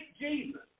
Jesus